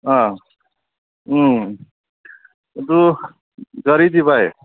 ꯑꯥ ꯎꯝ ꯑꯗꯨ ꯒꯥꯔꯤꯗꯤ ꯚꯥꯏ